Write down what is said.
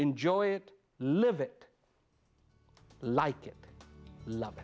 enjoy it live it like it love